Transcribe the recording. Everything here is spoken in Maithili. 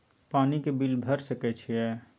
पानी के बिल भर सके छियै?